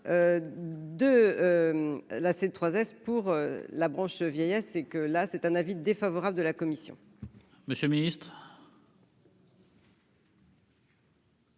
de 3 S pour la branche vieillesse et que là, c'est un avis défavorable de la commission. Monsieur le Ministre.